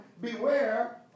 beware